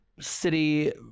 city